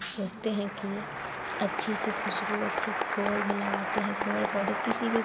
सोचते हैं कि अच्छी सी खुशबू अच्छी सी फोल भी लगाते हैं पेड़ पौधों किसी भी